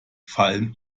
fallen